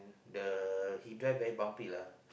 the he drive very bumpy lah